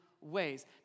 ways